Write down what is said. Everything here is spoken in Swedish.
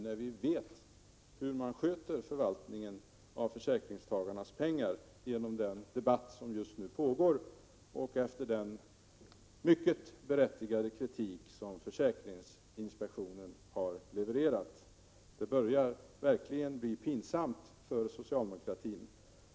Genom den debatt som nu pågår och efter den mycket berättigade kritik som försäkringsinspektionen har levererat vet vi ju hur man sköter förvaltningen av försäkringstagarnas pengar. Det börjar verkligen bli pinsamt för socialdemokratin.